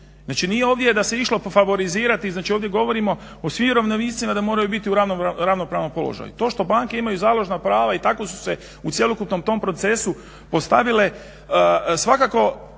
Znači, nije ovdje da se išlo favorizirati. Ovdje govorimo o svim vjerovnicima da moraju biti u ravnopravnom položaju. To što banke imaju založna prava i tako su se u cjelokupnom tom procesu postavile svakako